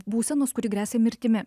būsenos kuri gresia mirtimi